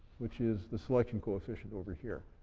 which is the selection coefficient over here.